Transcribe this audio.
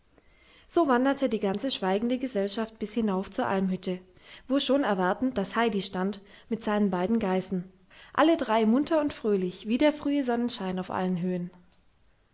so wanderte die ganze schweigende gesellschaft bis hinauf zur almhütte wo schon erwartend das heidi stand mit seinen beiden geißen alle drei munter und fröhlich wie der frühe sonnenschein auf allen höhen